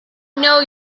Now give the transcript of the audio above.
know